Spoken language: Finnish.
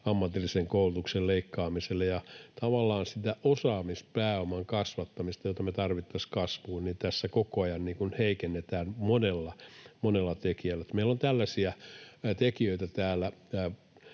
ammatillisen koulutuksen leikkaamiselle. Tavallaan sitä osaamispääoman kasvattamista, jota me tarvittaisiin kasvuun, tässä koko ajan heikennetään monella, monella tekijällä. Meillä on täällä